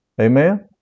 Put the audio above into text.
Amen